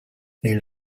they